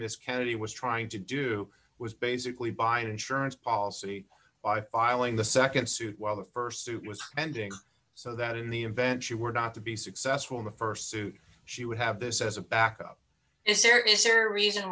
miss kennedy was trying to do was basically buy an insurance policy by filing the nd suit while the st suit was ending so that in the event you were not to be successful in the st suit she would have this as a backup is there is there reason